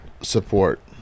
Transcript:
support